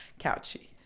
Couchy